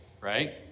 right